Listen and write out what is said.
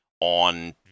on